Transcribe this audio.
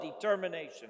determination